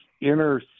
inner